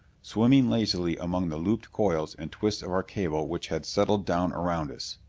swimming lazily among the looped coils and twists of our cable which had settled down around us.